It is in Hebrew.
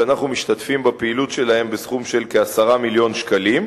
ואנחנו משתתפים בפעילות שלהן בסכום של כ-10 מיליון שקלים.